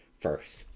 first